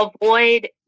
avoid